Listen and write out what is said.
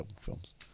films